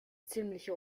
ziemliche